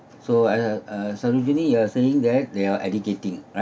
so either uh saviginni you are saying that they're educating